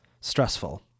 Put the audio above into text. stressful